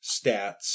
stats